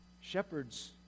Shepherds